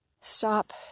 stop